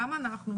גם אנחנו,